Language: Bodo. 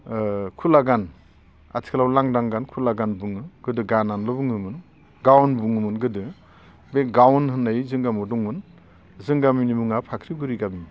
ओ खुला गान आथिखिलाव लांदां गान खुला गान बुङो गोदो गान होननाल' बुङोमोन गावन बुङोमोन गोदो बे गावन होननाय जोंनि गामियाव दंमोन जोंनि गामिनि मुङा फाख्रिगुरि गामि